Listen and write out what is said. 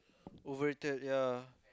overrated yep